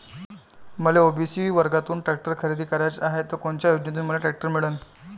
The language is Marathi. मले ओ.बी.सी वर्गातून टॅक्टर खरेदी कराचा हाये त कोनच्या योजनेतून मले टॅक्टर मिळन?